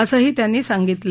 असंही त्यांनी सांगितलं